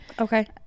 Okay